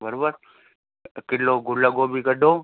बरोबरु किलो गुलगोभी कढो